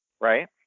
right